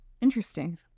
Interesting